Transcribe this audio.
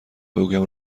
بگویم